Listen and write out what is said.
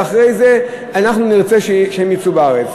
ואחרי זה אנחנו נרצה שהם יצאו מהארץ.